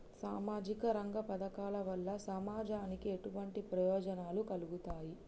సామాజిక రంగ పథకాల వల్ల సమాజానికి ఎటువంటి ప్రయోజనాలు కలుగుతాయి?